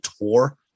tour